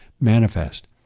manifest